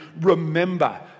remember